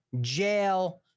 jail